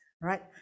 right